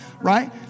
right